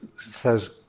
says